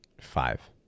Five